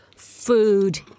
food